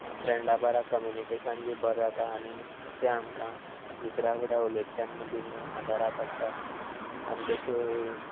फ्रेंडा बारा कम्युनिकेशन बी बरें जाता आनी तें आमकां दुसऱ्या फुड्या उलयता तेन्ना बीन आदारा पडटा आनी तशें